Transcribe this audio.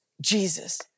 Jesus